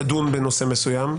תדון בנושא מסוים,